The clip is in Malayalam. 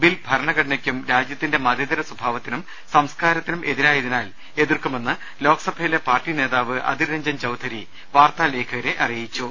ബിൽ ഭരണഘടനയ്ക്കും രാജ്യത്തിന്റെ മതേതര സ്ഥഭാവത്തിനും സംസ്കാരത്തിനും എതിരായതിനാൽ എതിർക്കു മെന്ന് ലോക്സഭയിലെ പാർട്ടി നേതാവ് അതിർ രഞ്ജൻ ചൌധരി വാർത്താ ലേഖകരെ അറിയിച്ചു